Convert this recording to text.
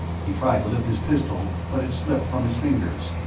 he tried to lift his pistol, but it slipped from his fingers.